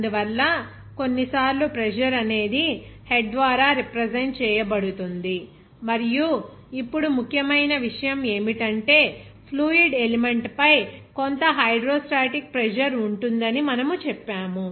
అందువల్ల కొన్నిసార్లు ప్రెజర్ అనేది హెడ్ ద్వారా రిప్రజెంట్ చేయబడుతుంది మరియు ఇప్పుడు ముఖ్యమైన విషయం ఏమిటంటే ఫ్లూయిడ్ ఎలిమెంట్ పై కొంత హైడ్రోస్టాటిక్ ప్రెజర్ ఉంటుందని మనము చెప్పాము